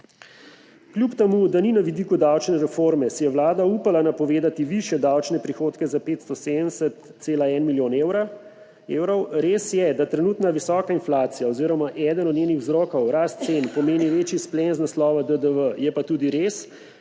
Kljub temu, da ni na vidiku davčne reforme, si je vlada upala napovedati višje davčne prihodke za 570,1 milijona evrov. Res je, da trenutna visoka inflacija oziroma eden od njenih vzrokov, rast cen, pomeni večji izplen iz naslova DDV. Je pa tudi res,